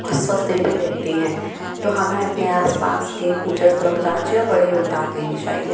आउ स्वस्थ भी रहते हैं तो हमें अपने आसपास के पूजा स्थलों में जाना चाहिए और बड़े योगदान देने चाहिए